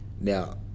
Now